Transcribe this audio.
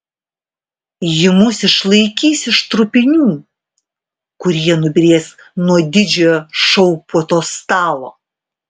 ji mus išlaikys iš trupinių kurie nubyrės nuo didžiojo šou puotos stalo